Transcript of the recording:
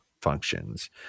functions